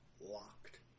locked